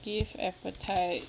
give appetite